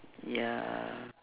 ya